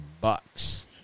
Bucks